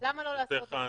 למה לא לעשות את זה?